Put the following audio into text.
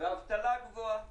ואבטלה גבוהה.